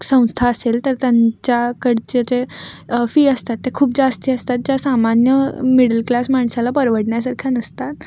संस्था असेल तर त्यांच्याकडचे जे फी असतात ते खूप जास्त असतात ज्या सामान्य मिडल क्लास माणसाला परवडण्यासारख्या नसतात